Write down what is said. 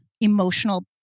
emotional